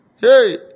Hey